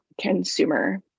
consumer